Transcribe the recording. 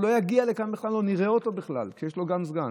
הוא לא יגיע לכאן ולא נראה אותו בכלל כשיש לו גם סגן.